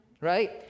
right